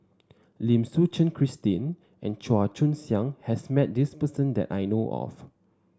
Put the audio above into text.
Lim Suchen Christine and Chua Joon Siang has met this person that I know of